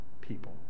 people